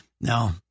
No